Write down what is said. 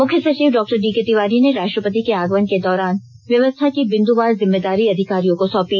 मुख्य सचिव डॉ डीके तिवारी ने राष्ट्रपति के आगमन के दौरान व्यवस्था की बिंदवार जिम्मेदारी अधिकारियों को सौंपी